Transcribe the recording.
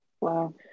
Wow